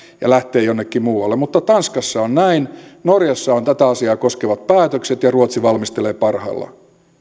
ja lähtee jonnekin muualle mutta tanskassa on näin norjassa on tätä asiaa koskevat päätökset ja ruotsi valmistelee parhaillaan